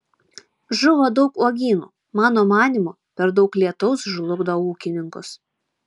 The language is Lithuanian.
žuvo daug uogynų mano manymu per daug lietaus žlugdo ūkininkus